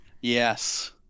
Yes